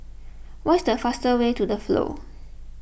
what is the fastest way to the Flow